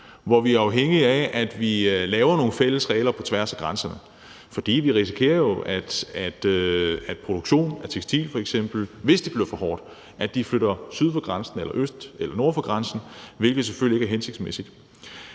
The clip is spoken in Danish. økonomi er afhængig af, at vi laver nogle fælles regler på tværs af grænserne. For vi risikerer jo, at produktionen af tekstiler, hvis det bliver for hårdt, flytter syd, øst eller nord for grænsen, hvilket selvfølgelig ikke er hensigtsmæssigt.